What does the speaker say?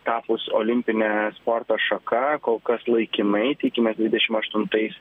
tapus olimpine sporto šaka kol kas laikinai tikimės dvidešim aštuntais